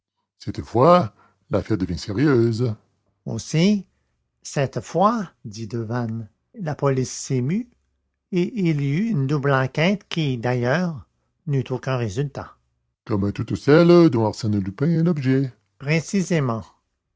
cette fois l'affaire devient sérieuse aussi cette fois dit devanne la police s'émut et il y eut une double enquête qui d'ailleurs n'eut aucun résultat comme toutes celles dont arsène lupin est l'objet précisément